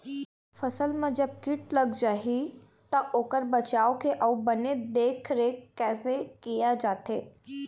फसल मा जब कीट लग जाही ता ओकर बचाव के अउ बने देख देख रेख कैसे किया जाथे?